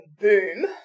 boom